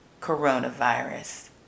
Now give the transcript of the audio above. coronavirus